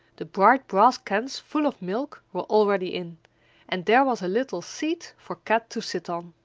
the bright brass cans full of milk were already in and there was a little seat for kat to sit on.